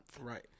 Right